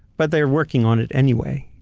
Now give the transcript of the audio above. but they're working on it anyway,